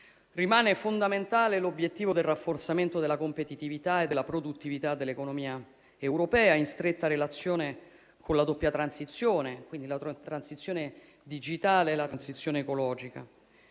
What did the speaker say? Rimane fondamentale l'obiettivo del rafforzamento della competitività e della produttività dell'economia europea, in stretta relazione con la doppia transizione digitale ed ecologica.